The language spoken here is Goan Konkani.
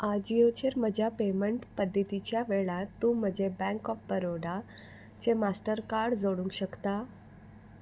आजियोचेर म्हज्या पेमेंट पद्दतीच्या वेळार तूं म्हजें बँक ऑफ बरोडा चें मास्टरकार्ड जोडूंक शकता